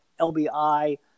LBI